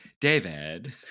David